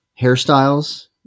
hairstyles